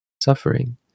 suffering